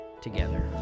together